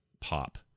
pop